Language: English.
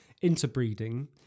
interbreeding